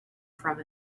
from